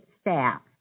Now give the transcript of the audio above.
staff